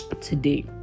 today